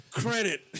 credit